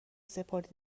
سپردی